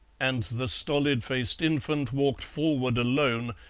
and the stolid-faced infant walked forward alone,